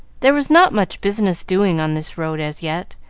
there was not much business doing on this road as yet,